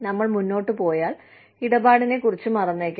നമ്മൾ മുന്നോട്ട് പോയാൽ ഇടപാടിനെക്കുറിച്ച് മറന്നേക്കാം